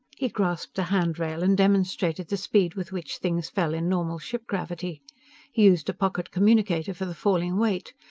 he grasped a handrail and demonstrated the speed with which things fell in normal ship-gravity. he used a pocket communicator for the falling weight.